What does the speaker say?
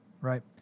right